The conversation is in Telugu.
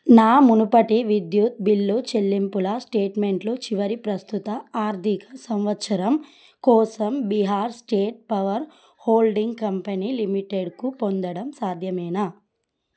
నా మునుపటి విద్యుత్ బిల్లు చెల్లింపుల స్టేట్మెంట్లు చివరి ప్రస్తుత ఆర్థిక సంవత్సరం కోసం Bihar state power holding company లిమిటెడ్కు పొందడం సాధ్యమేనా